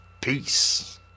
Peace